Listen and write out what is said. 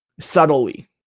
subtly